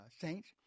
saints